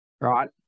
right